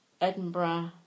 Edinburgh